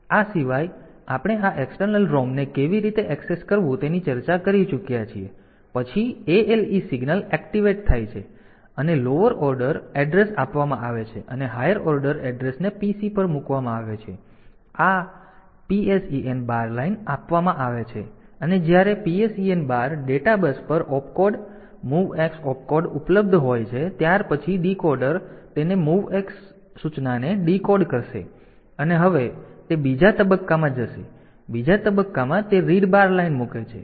તેથી આ સિવાય આપણે આ એક્સટર્નલ ROM ને કેવી રીતે એક્સેસ કરવું તેની ચર્ચા કરી ચૂક્યા છીએ પછી ALE સિગ્નલ એક્ટિવેટ થાય છે અને લોઅર ઓર્ડર એડ્રેસ આપવામાં આવે છે અને હાયર ઓર્ડર એડ્રેસને PC પર મૂકવામાં આવે છે અને આ PSEN બાર લાઇન આપવામાં આવે છે અને જ્યારે PSEN બાર ડેટા બસ પર Opcode MOVX Opcode ઉપલબ્ધ હોય છે ત્યાર પછી ડીકોડર તે MOVX સૂચનાને ડીકોડ કરશે અને હવે તે બીજા તબક્કામાં જશે અને બીજા તબક્કામાં તે રીડ બાર લાઈન મૂકે છે